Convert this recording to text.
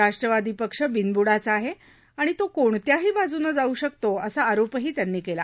राष्ट्रवादाचेक्ष बिनबुडाचा आहे आणि तो कोणत्याहा बाजूनं जाऊ शकतो असा आरोपह उत्यांन किला